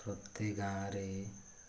ପ୍ରତି ଗାଁରେ